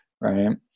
right